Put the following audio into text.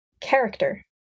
character